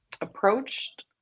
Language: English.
approached